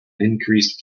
increased